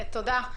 תודה.